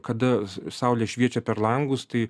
kada saulė šviečia per langus tai